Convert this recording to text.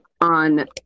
on